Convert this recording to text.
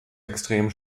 extrem